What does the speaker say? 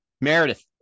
meredith